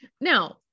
Now